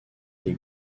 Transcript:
des